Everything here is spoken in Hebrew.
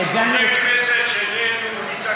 חברי כנסת שייהנו מתקציב,